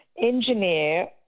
engineer